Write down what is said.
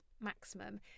maximum